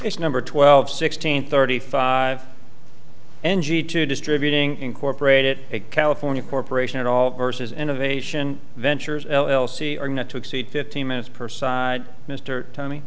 it's number twelve sixteen thirty five and g two distributing incorporate it a california corporation it all or says innovation ventures l l c or not to exceed fifteen minutes per side mr tommy